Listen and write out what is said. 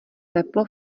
teplo